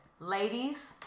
ladies